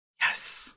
Yes